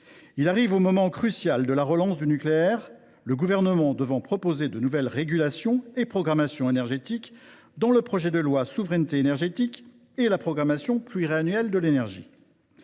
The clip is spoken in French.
Il arrive à un moment crucial de la relance du nucléaire, le Gouvernement devant proposer de nouvelles régulations et programmations énergétiques, dans le projet de loi relatif à la souveraineté énergétique, ainsi que dans le projet de programmation pluriannuelle de l’énergie.